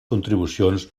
contribucions